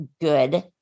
good